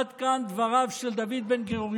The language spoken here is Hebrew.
עד כאן דבריו של דוד בן-גוריון,